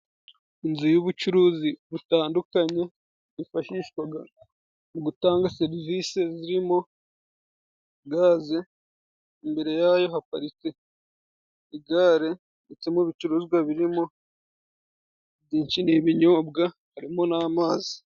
Inzu y'ubucuruzi butandukanye, hifashishwaga mu gutanga serivisi zirimo gaze, imbere yayo haparitswe igare, ndetse mubicuruzwa birimo ,byinshi n'ibinyobwa harimo n'amazi.